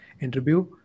interview